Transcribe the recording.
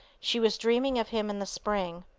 she was dreaming of him in the spring.